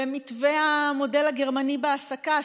במתווה המודל הגרמני בהעסקה,